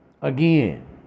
again